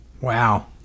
Wow